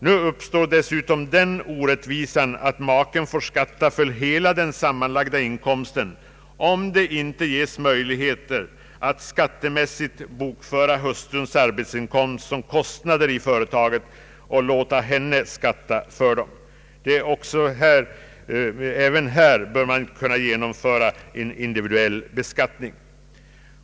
Nu uppstår därtill den orättvisan att maken får skatta för hela den sammanlagda inkomsten, om det inte ges möjlighet att skattemässigt bokföra hustrus arbetsinkomst som kostnader i företaget och låta henne skatta för dem. Även här bör man kunna genomföra en individuell beskattning.